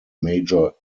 major